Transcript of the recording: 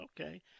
Okay